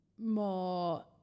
more